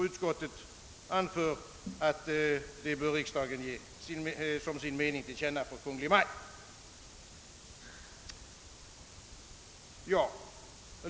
Utskottet anför att riksdagen bör ge Kungl. Maj:t detta till känna som sin mening.